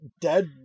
dead